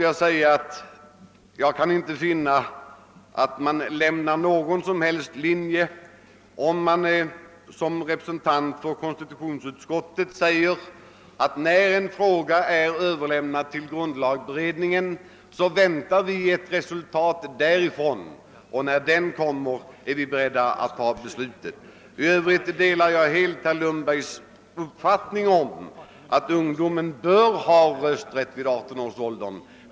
Jag kan inte finna att man gör avsteg från någon princip om man som representant för konstitutionsutskottet säger att när en fråga är Överlämnad till grundlagberedningen väntar vi på resultatet av dess arbete. När den framlägger ett förslag är vi beredda att fatta beslut. I övrigt delar jag helt herr Lundbergs uppfattning om att ungdomen bör ha rösträtt vid 18 års ålder.